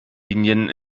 linien